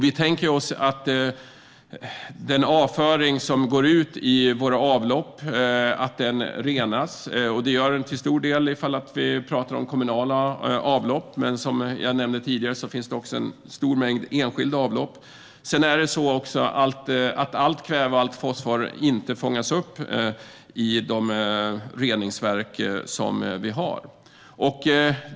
Vi tänker oss att den avföring som går ut i våra avlopp renas, och det gör den till stor del ifall vi pratar om kommunala avlopp. Men som jag nämnde tidigare finns också en stor mängd enskilda avlopp. Sedan fångas inte allt kväve och all fosfor upp i de reningsverk vi har.